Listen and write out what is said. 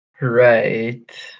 right